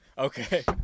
Okay